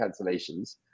cancellations